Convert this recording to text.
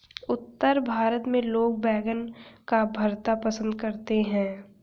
उत्तर भारत में लोग बैंगन का भरता पंसद करते हैं